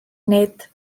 nid